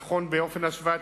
זה נכון גם באופן השוואתי,